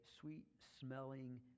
sweet-smelling